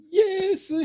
yes